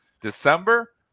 December